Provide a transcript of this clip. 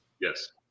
yes